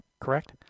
correct